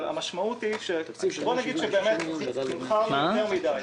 אבל המשמעות היא בואו נגיד שבאמת תמחרנו ביתר,